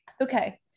okay